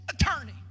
attorney